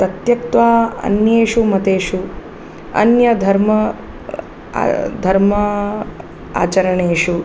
तत्यक्त्वा अन्येषु मतेषु अन्यधर्मा धर्मा आचरणेषु